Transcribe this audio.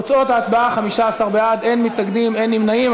תוצאות ההצבעה: 15 בעד, אין מתנגדים ואין נמנעים.